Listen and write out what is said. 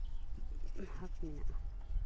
ᱵᱷᱟᱜᱽ ᱢᱮᱱᱟᱜᱼᱟ